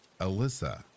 Alyssa